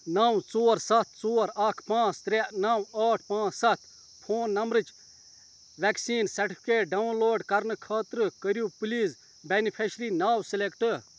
نَو ژور سَتھ ژور اکھ پانٛژھ ترٛےٚ نَو ٲٹھ پانٛژھ سَتھ فون نمبرٕچ وٮ۪کسیٖن سرٹِفکیٹ ڈاوُن لوڈ کرنہٕ خٲطرٕ کٔرِو پٕلیٖز بٮ۪نِفٮ۪شری ناو سِلٮ۪کٹ